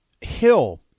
Hill